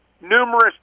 Numerous